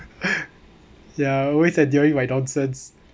ya always dealing with my nonsense